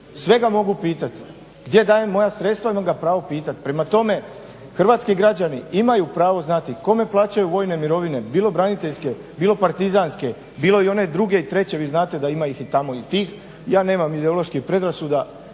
Sve ga mogu pitati, gdje daje moja sredstva imam ga pravo pitati. Prema tome, hrvatski građani imaju pravo znati kome plaćaju vojne mirovine, bilo braniteljske, bilo partizanske, bilo i one druge i treće vi znate da ima ih tamo i tih. Ja nemam ideoloških predrasuda,